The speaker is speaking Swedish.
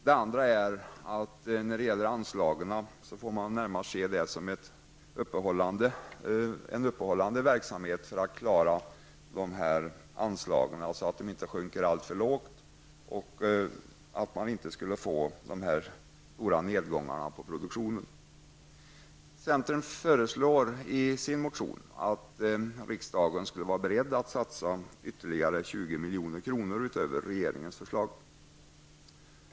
Dels är det förslag som gäller anslagen. Dem får man närmast se som en uppehållande verksamhet så att anslagen inte sjunker alltför lågt och får till resultat stora nedgångar i produktionen. Centern föreslår i sin motion att riksdagen skall satsa 20 milj.kr. utöver regeringens förslag.